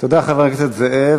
תודה לחבר הכנסת זאב.